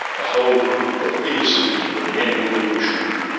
a whole group of innocent people men, women and children.